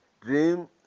Dream